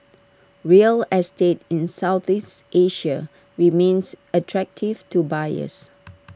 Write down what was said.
real estate in Southeast Asia remains attractive to buyers